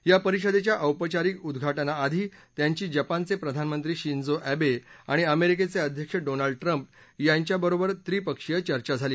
या परिषदेच्या औपचारिक उद्घाटना आधी त्यांची जपानचे प्रधानमंत्री शिंजो अध्यआणि अमेरिकेचे अध्यक्ष डोनाल्ड ट्रम्प यांच्याबरोबर त्रिपक्षीय चर्चा झाली